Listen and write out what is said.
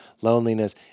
loneliness